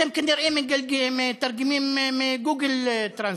אתם כנראה מתרגמים מ-google translate.